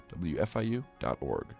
wfiu.org